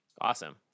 Awesome